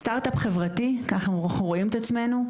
סטארט אפ חברתי, ככה אנחנו רואים את עצמינו.